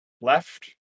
left